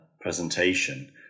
presentation